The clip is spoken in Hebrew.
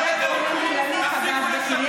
את זה ממשלת הליכוד עשתה.